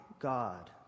God